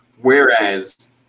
whereas